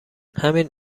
همین